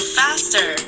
faster